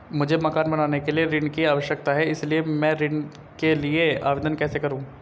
मुझे मकान बनाने के लिए ऋण की आवश्यकता है इसलिए मैं ऋण के लिए आवेदन कैसे करूं?